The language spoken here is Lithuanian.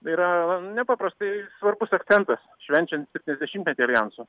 yra nepaprastai svarbus akcentas švenčiant septyniasdešimtmetį aljanso